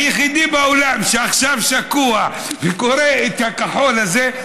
היחידי באולם שעכשיו שקוע וקורא את הכחול הזה,